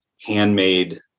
handmade